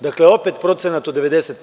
Dakle, opet procenat od 90%